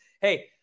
hey